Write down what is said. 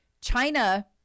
China